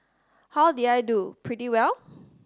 how did I do pretty well